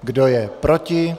Kdo je proti?